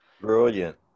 Brilliant